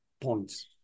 points